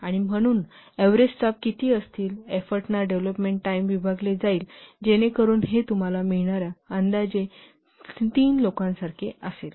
आणि म्हणून average staff किती असतील एफोर्टना डेव्हलोपमेंट टाईम विभागले जाईल जेणेकरुन हे तुम्हाला मिळणार्या अंदाजे 3 लोकांसारखे असेल